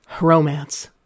Romance